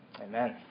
Amen